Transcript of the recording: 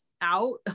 out